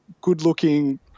good-looking